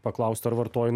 paklausta ar vartoji